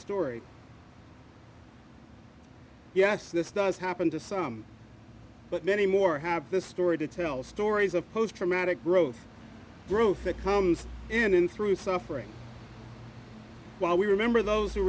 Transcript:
story yes this does happen to some but many more have the story to tell stories of post traumatic growth growth that comes in through suffering while we remember those who